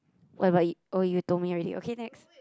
what about you oh you told me already okay next